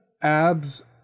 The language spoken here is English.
Abs